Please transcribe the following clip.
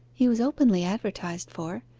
he was openly advertised for,